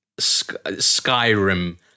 Skyrim